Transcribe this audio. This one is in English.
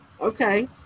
Okay